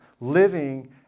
Living